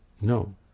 No